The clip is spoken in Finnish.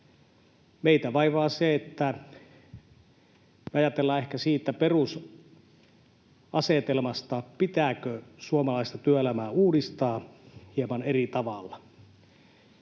Meitä vaivaa se, että ajatellaan ehkä siitä perusasetelmasta, pitääkö suomalaista työelämää uudistaa, hieman eri tavalla.